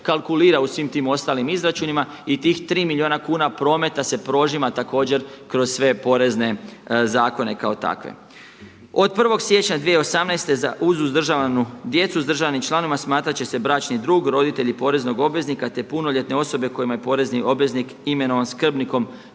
u svim tim ostalim izračunima i tih tri milijuna kuna se prožima također kroz sve porezne zakone kao takve. Od 1. siječnja 2018. uz uzdržavanu djecu … članovima smatrat će se bračni drug, roditelji poreznog obveznika, te punoljetne osobe kojima je porezni obveznik imenovan skrbnikom